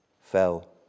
fell